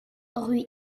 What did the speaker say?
rue